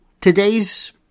today's